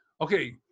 okay